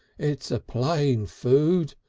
it's a plain food.